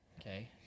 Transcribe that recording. Okay